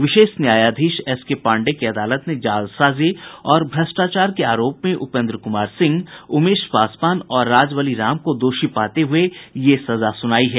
विशेष न्यायाधीश एसके पांडेय की अदालत ने जालसाजी और भ्रष्टाचार के आरोप में उपेन्द्र कुमार सिंह उमेश पासवान और राजबली राम को दोषी पाते हुये सजा सुनाई है